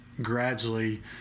gradually